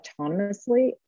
autonomously